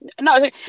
No